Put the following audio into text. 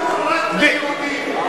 היגיון, זה שידור רק ליהודים.